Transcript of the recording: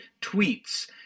tweets